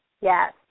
Yes